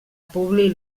publi